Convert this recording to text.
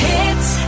Hits